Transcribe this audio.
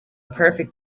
perfect